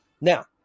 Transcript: Now